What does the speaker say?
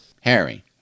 Harry